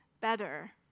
better